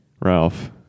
Ralph